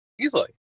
Easily